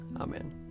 Amen